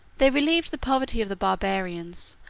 they relieved the poverty of the barbarians,